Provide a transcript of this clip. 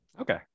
Okay